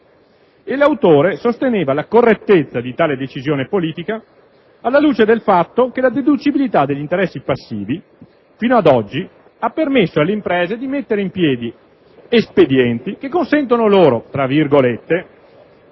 e l'autore sosteneva la correttezza di tale decisione politica alla luce del fatto che la deducibilità degli interessi passivi fino ad oggi ha permesso alle imprese di mettere in piedi espedienti che consentono loro «di non